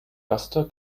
laster